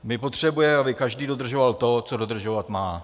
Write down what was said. Potřebujeme, aby každý dodržoval to, co dodržovat má.